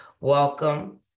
welcome